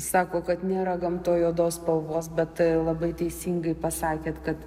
sako kad nėra gamtoj juodos spalvos bet labai teisingai pasakėt kad